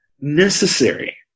necessary